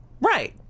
Right